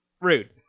Rude